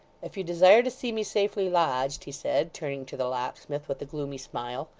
if you desire to see me safely lodged he said, turning to the locksmith with a gloomy smile,